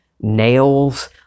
nails